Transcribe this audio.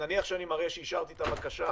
נניח שאני מראה שאישרתי את הבקשה,